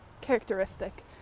characteristic